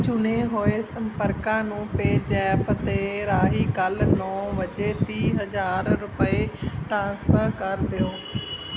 ਚੁਣੇ ਹੋਏ ਸੰਪਰਕਾਂ ਨੂੰ ਪੇਜ਼ੈਪ ਦੇ ਰਾਹੀਂ ਕੱਲ ਨੌ ਵਜੇ ਤੀਹ ਹਜ਼ਾਰ ਰੁਪਏ ਟ੍ਰਾਂਸਫਰ ਕਰ ਦਿਓ